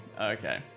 Okay